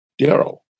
Daryl